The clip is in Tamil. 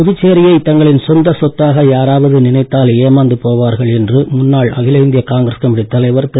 புதுச்சேரியை தங்களின் சொந்த சொத்தாக யாராவது நினைத்தால் ஏமாந்து போவார்கள் என்று முன்னாள் அகில இந்திய காங்கிரஸ் கமிட்டி தலைவர் திரு